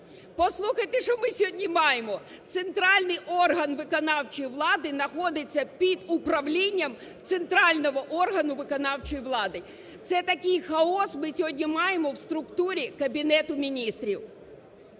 Послухайте, що ми сьогодні маємо: центральний орган виконавчої влади находиться під управлінням центрального органу виконавчої влади. Це такий хаос ми сьогодні маємо в структурі Кабінету Міністрів.